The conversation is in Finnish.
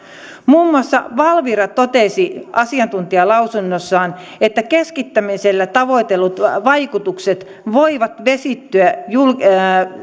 muun muassa valvira totesi asiantuntijalausunnossaan että keskittämisellä tavoitellut vaikutukset voivat vesittyä